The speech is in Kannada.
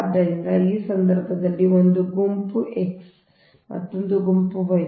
ಆದ್ದರಿಂದ ಈ ಸಂದರ್ಭದಲ್ಲಿ ಅದು ಒಂದು ಗುಂಪು X ಮತ್ತೊಂದು ಗುಂಪು Y